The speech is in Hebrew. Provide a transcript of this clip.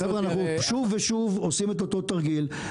אנחנו שוב ושוב עושים את אותו תרגיל,